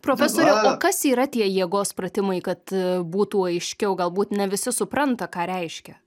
profesoriau o kas yra tie jėgos pratimai kad būtų aiškiau galbūt ne visi supranta ką reiškia